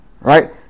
Right